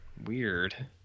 Weird